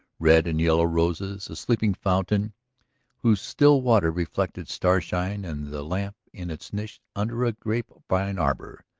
red and yellow roses, a sleeping fountain whose still water reflected star-shine and the lamp in its niche under a grape-vine arbor.